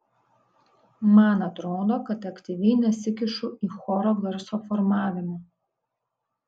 man atrodo kad aktyviai nesikišu į choro garso formavimą